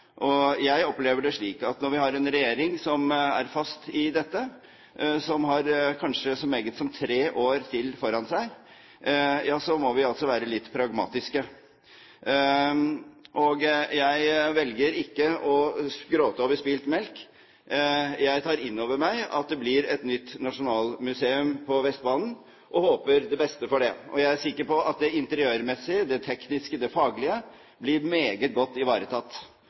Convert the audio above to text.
som kanskje har så meget som tre år til foran seg, må vi være litt pragmatiske. Og jeg velger ikke å gråte over spilt melk. Jeg tar inn over meg at det blir et nytt nasjonalmuseum på Vestbanen og håper det beste for det. Jeg er sikker på at det interiørmessige, det tekniske og det faglige blir meget godt ivaretatt